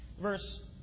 verse